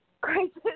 crisis